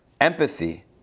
empathy